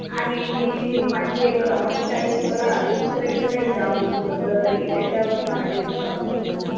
आणि माझी एक समस्या आहे की मला अजूनपर्यंत काही जॉब उपलब्ध नाही त्याच्यावर मला काही उपाय सुचवा